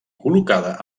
col·locada